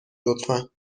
لطفا